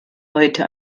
heute